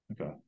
Okay